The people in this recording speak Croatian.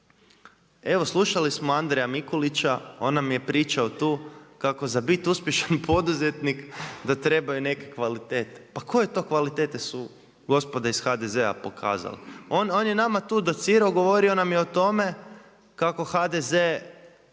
evo slušali smo Andriju Mikulića on nam je pričao tu kako za bit uspješan poduzetnik da trebaju neke kvalitete. Pa koje to kvalitete su gospoda iz HDZ-a pokazale? On je nama tu docirao, govorio nam je o tome kako HDZ